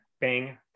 Bang